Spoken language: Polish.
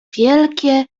wielkie